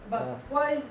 but why